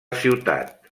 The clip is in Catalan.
ciutat